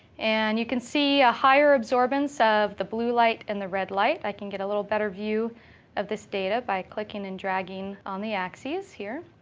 and you can see a higher absorbance of the blue light and the red light. i can get a little better view of this data by clicking and dragging on the axes here.